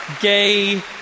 gay